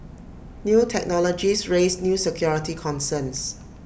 new technologies raise new security concerns